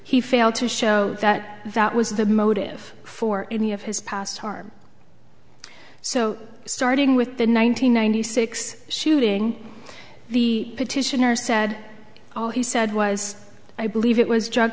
he failed to show that that was the motive for any of his past harm so starting with the nine hundred ninety six shooting the petitioner said all he said was i believe it was drug